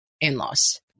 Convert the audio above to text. in-laws